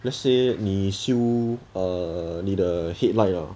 let's say 你修你的 headlight lah